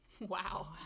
Wow